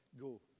go